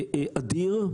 אדיר,